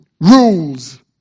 rules